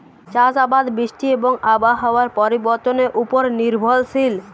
চাষ আবাদ বৃষ্টি এবং আবহাওয়ার পরিবর্তনের উপর নির্ভরশীল